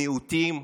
מיעוטים,